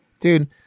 Dude